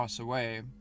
away